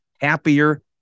happier